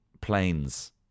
planes